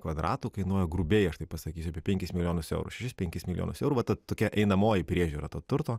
kvadratų kainuoja grubiai aš taip pasakysiu apie penkis milijonus eurų šešis penkis milijonus eurų va ta tokia einamoji priežiūra to turto